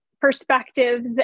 perspectives